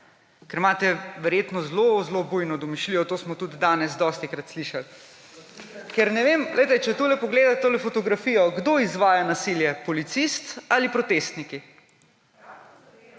ker imate verjetno zelo zelo bujno domišljijo, to smo tudi danes dostikrat slišali. Ker ne vem, če pogledate to fotografijo ‒ kdo izvaja nasilje, policist ali protestniki?